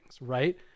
right